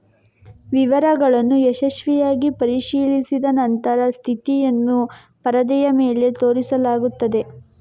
ವಿವರಗಳನ್ನು ಯಶಸ್ವಿಯಾಗಿ ಪರಿಶೀಲಿಸಿದ ನಂತರ ಸ್ಥಿತಿಯನ್ನು ಪರದೆಯ ಮೇಲೆ ತೋರಿಸಲಾಗುತ್ತದೆ